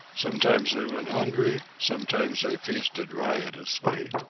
sometimes they went hungry, sometimes they feasted riotously,